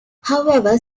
however